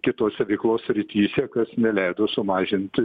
ir kitose veiklos srityse kas neleido sumažinti